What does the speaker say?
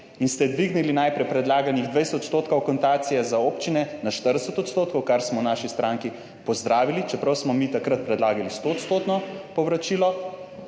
in ste dvignili najprej predlaganih 20 % akontacije za občine na 40 %, kar smo v naši stranki pozdravili, čeprav smo mi takrat predlagali stoodstotno povračilo,